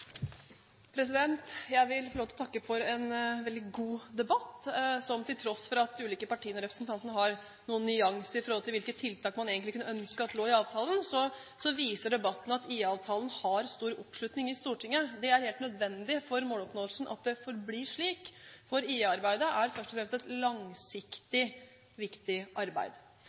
for. Jeg vil få lov til å takke for en veldig god debatt. Til tross for at de ulike partiene og representantene har noen nyanser i forhold til hvilke tiltak man egentlig kunne ønske lå i avtalen, viser debatten at IA-avtalen har stor oppslutning i Stortinget. Det er helt nødvendig for måloppnåelsen at det forblir slik, for IA-arbeidet er først og fremst et langsiktig, viktig arbeid.